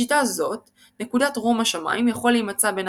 בשיטה זאת נקודת רום השמיים יכול להמצא בין